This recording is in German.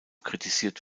kritisiert